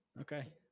Okay